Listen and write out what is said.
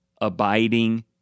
abiding